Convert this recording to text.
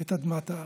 את אדמת הארץ.